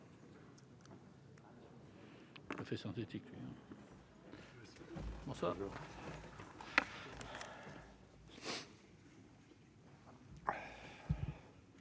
...